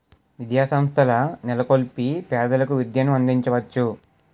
విద్యాసంస్థల నెలకొల్పి పేదలకు విద్యను అందించవచ్చు